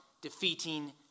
defeating